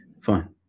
fine